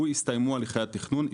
הסתיימו הליכי התכנון שלו,